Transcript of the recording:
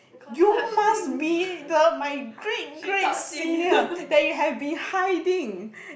you must be the my great great senior that you have been hiding